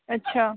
अच्छा